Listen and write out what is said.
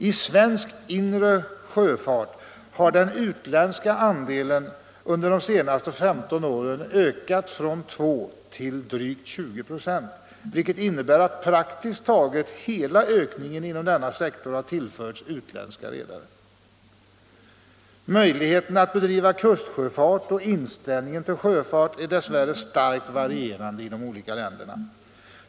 I svensk inre sjöfart har den utländska andelen under de senaste 15 åren ökat från knappt 2 till drygt 20 96, vilket innebär att praktiskt taget hela ökningen inom denna sektor har tillförts utländska redare. Möjligheterna att bedriva kustsjöfart och inställningen till sjöfart är dess värre starkt varierande i olika länder.